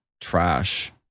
trash